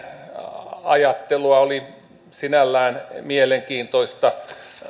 ajattelua oli sinällään mielenkiintoista